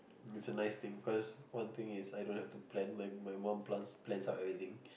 is a nice thing cause one thing is I don't have to plan my my mom plans out everything